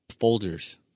folders